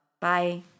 Bye